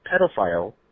pedophile